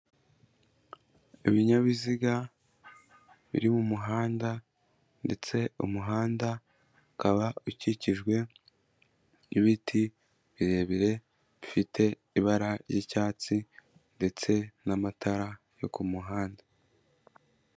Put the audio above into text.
Ibinyabiziga biri mu muhanda ndetse umuhanda ukaba ukikijwe n'ibiti birebire bifite ibara ry'icyatsi ndetse n'amatara yo ku muhanda.